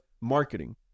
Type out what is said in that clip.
marketing